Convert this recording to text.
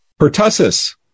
Pertussis